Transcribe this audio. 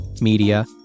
media